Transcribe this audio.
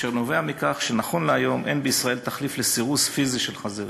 שנובע מכך שנכון להיום אין בישראל תחליף לסירוס פיזי של חזירים.